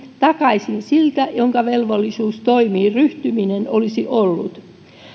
takaisin siltä jonka velvollisuus toimiin ryhtyminen olisi ollut